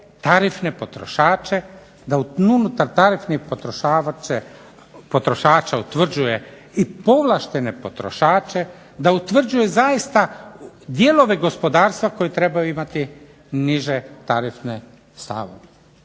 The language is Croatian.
tarifne potrošače, da unutar tarifnih potrošača i povlaštene potrošače, da utvrđuje zaista dijelove gospodarstva koji trebaju imati niže tarifne stavove.